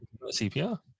CPR